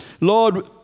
Lord